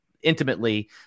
intimately